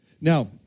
Now